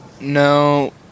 No